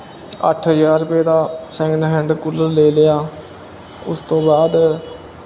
ਅੱਠ ਹਜ਼ਾਰ ਰੁਪਏ ਦਾ ਸੈਕਿੰਡ ਹੈਂਡ ਕੂਲਰ ਲੈ ਲਿਆ ਉਸ ਤੋਂ ਬਾਅਦ